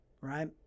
right